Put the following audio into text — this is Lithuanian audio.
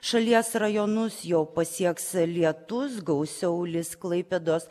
šalies rajonus jau pasieks lietus gausiau lis klaipėdos